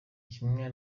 kimwe